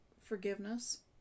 forgiveness